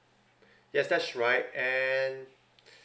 yes that's right and